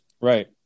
Right